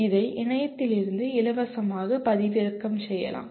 இதை இணையத்திலிருந்து இலவசமாக பதிவிறக்கம் செய்யலாம்